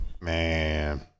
Man